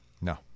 No